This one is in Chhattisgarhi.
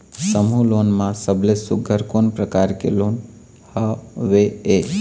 समूह लोन मा सबले सुघ्घर कोन प्रकार के लोन हवेए?